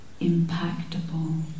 impactable